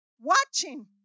watching